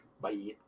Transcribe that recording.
Bye